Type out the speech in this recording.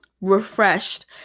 Refreshed